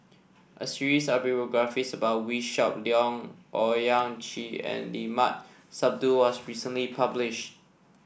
a series of biographies about Wee Shoo Leong Owyang Chi and Limat Sabtu was recently published